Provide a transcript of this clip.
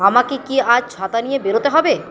আমাকে কি আজ ছাতা নিয়ে বেরোতে হবে